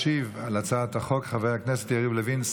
ישיב על הצעת החוק חבר הכנסת יריב לוין,